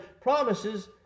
promises